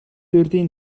урьдын